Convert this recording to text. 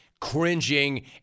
cringing